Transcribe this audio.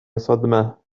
صدمة